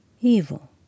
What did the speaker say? Evil